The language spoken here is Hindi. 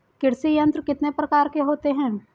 कृषि यंत्र कितने प्रकार के होते हैं?